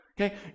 okay